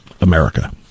America